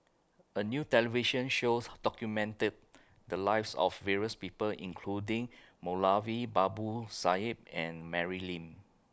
A New television shows documented The Lives of various People including Moulavi Babu Sahib and Mary Lim